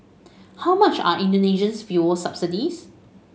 how much are Indonesia's fuel subsidies